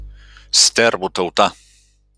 stervų tauta